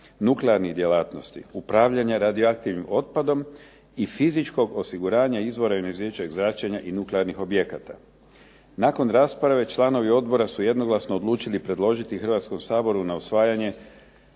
nuklearnih djelatnosti, upravljanja radioaktivnim otpadom i fizičkog osiguranja izvora ionizirajućeg zračenja i nuklearnih objekata. Nakon rasprave članovi odbora su jednoglasno odlučili predložiti Hrvatskom saboru na usvajanje